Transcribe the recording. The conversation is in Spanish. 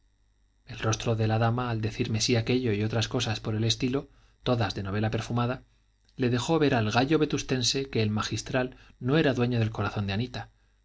el rostro de la dama al decir mesía aquello y otras cosas por el estilo todas de novela perfumada le dejó ver al gallo vetustense que el magistral no era dueño del corazón de anita